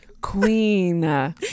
Queen